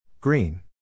Green